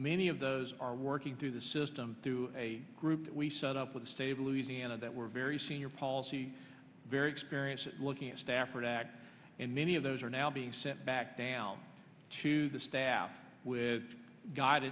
many of those are working through the system through a group that we set up with stable louisiana that were very senior policy very experienced at looking at stafford act and many of those are now being sent back down to the staff with g